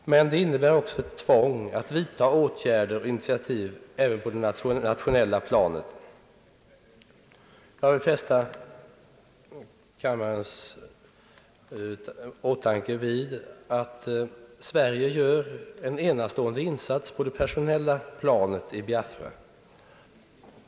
Men det innebär också ett tvång att vidta åtgärder och initiativ även på det nationella planet. Jag vill att kammaren skall ha i åtanke att Sverige gör en enastående insats på det personella planet i Biafra.